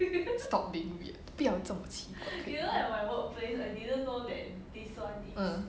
stop being weird 不要这么奇怪 mm